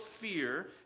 fear